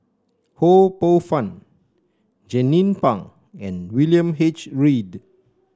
Ho Poh Fun Jernnine Pang and William H Read